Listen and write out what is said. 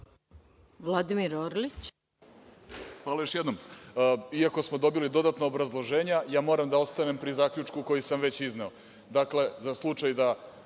Hvala još jednom. Iako smo dobili dodatno obrazloženje, moram da ostanem pri zaključku koji sam već izneo,